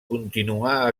continuà